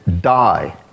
die